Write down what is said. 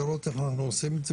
לראות איך אנחנו עושים את זה.